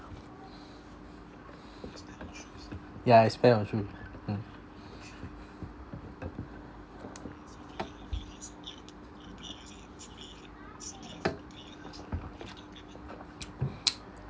ya I spend on shoe mm